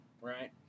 right